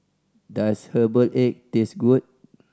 does herbal egg taste good